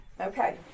Okay